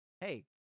Hey